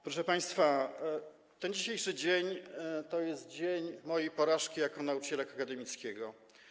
Proszę państwa, ten dzisiejszy dzień to dzień mojej porażki jako nauczyciela akademickiego.